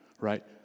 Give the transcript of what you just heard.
Right